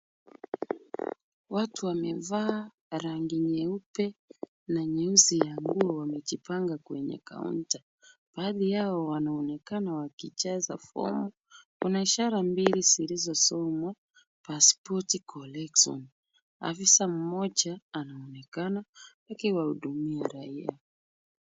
Watu wamevaa rangi nyeupe na nyeusi ya nguo wamejipanga kwenye kaunta. Baadhi yao wanaonekana wakijaza fomu. Kuna ishara mbili ziliizosomwa pasipoti collection . Afisa mmoja anaonekana akiwahudumia raia.